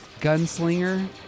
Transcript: gunslinger